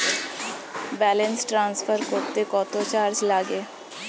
Balance transfer করতে কত charge লাগে?